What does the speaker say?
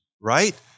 right